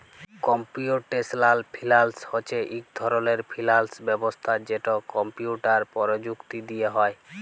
computational finance হছে ইক ধরলের ফিল্যাল্স ব্যবস্থা যেট কম্পিউটার পরযুক্তি দিঁয়ে হ্যয়